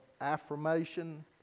affirmation